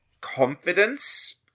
confidence